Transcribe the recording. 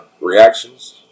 reactions